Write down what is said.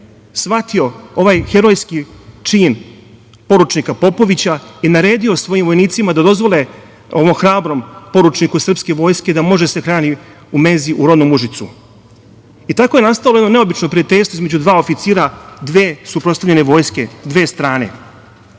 shvatio ovaj herojski čin poručnika Popovića i naredio svojim vojnicima da dozvole ovom hrabrom poručniku srpske vojske da može da se hrani u menzi u rodnom Užicu. Tako je nastalo jedno neobično prijateljstvo između dva oficira dve suprotstavljene vojske, dve strane. Kada